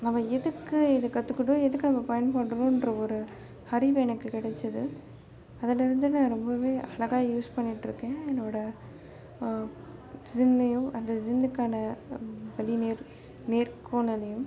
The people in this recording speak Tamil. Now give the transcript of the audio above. நம்ம எதுக்கு இது கற்றுக்கணும் எதுக்கு நம்ம பயன்படுறோன்ற ஒரு அறிவு எனக்கு கிடச்சிது அதுலேருந்து நான் ரொம்பவே அழகா யூஸ் பண்ணிகிட்டு இருக்கேன் என்னோடய ஜின்னையும் அந்த ஜின்னுக்கான வழி நேர் நேர்காணலையும்